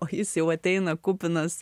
o jis jau ateina kupinas